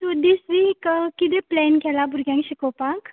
तूं this week कितें plan केला भुरग्यांक शिकोवपाक